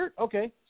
Okay